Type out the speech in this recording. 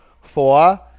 Four